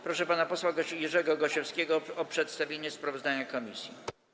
Proszę pana posła Jerzego Gosiewskiego o przedstawienie sprawozdania komisji.